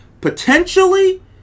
Potentially